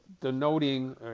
denoting